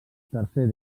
tercer